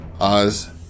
Oz